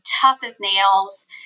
tough-as-nails